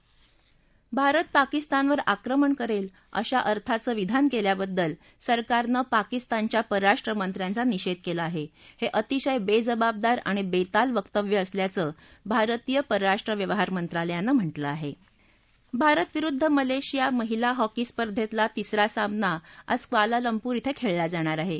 भारत पाकिस्तानवर आक्रमण करत्ती अशा अर्थाचं विधान कल्प्रिाबद्दल सरकारनं पाकिस्तानच्या पर्राष्ट्र मंत्र्यांचा निषधीकला आह हेअिंतिशय बन्त्रिमाबदार आणि बसील वक्तव्य असल्याचं भारतीय परराष्ट्र व्यवहार मंत्रालयानं म्हटलं आह भारत विरुद्ध मलश्रिया महिला हॉकी स्पर्धेतला तिसरा सामना आज क्वालालंपूर क्वाळिला जाणार आहा